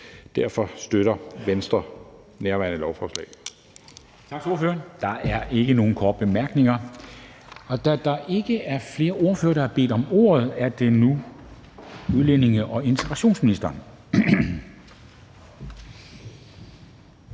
Derfor støtter Venstre nærværende lovforslag.